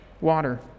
water